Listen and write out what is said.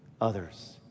others